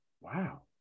wow